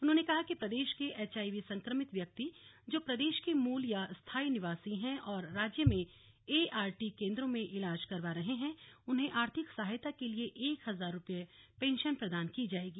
उन्होंने कहा कि प्रदेश के एचआईवी संक्रमित व्यक्ति जो प्रदेश के मूल या स्थायी निवासी हैं और राज्य में एआर टी केन्द्रों में ईलाज करवा रहे हैं उन्हें आर्थिक सहायता के लिए एक हजार रुपये पेंशन प्रदान की जाएगी